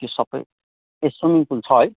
त्यो सबै ए सुइमिङ पुल छ है